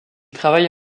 travaille